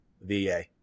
VA